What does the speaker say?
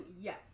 yes